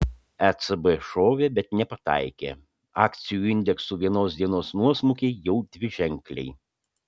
ecb šovė bet nepataikė akcijų indeksų vienos dienos nuosmukiai jau dviženkliai